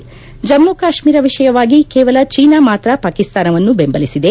ಜಮ್ಲಿ ಕಾಶ್ವೀರ ವಿಷಯವಾಗಿ ಕೇವಲ ಚೀನಾ ಮಾತ್ರ ಪಾಕಿಸ್ತಾನವನ್ನು ಬೆಂಬಲಿಸಿದೆ